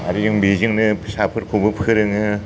आरो जों बेजोंनो फिसाफोरखौबो फोरोङो